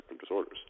disorders